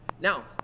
Now